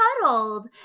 cuddled